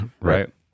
Right